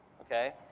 okay